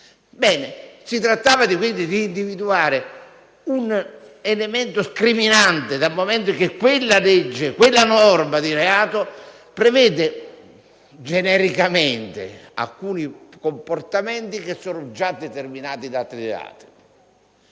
Si trattava di individuare un elemento scriminante dal momento che quella norma di reato prevede genericamente alcuni comportamenti che sono già determinati da altri reati.